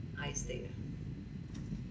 high stake ah